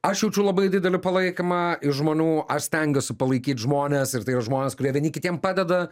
aš jaučiu labai didelį palaikymą iš žmonių aš stengiuosi palaikyt žmones ir tai yra žmonės kurie vieni kitiem padeda